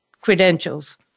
credentials